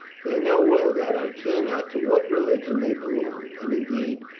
they know well that i care not to what religion they belong, and indeed,